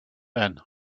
then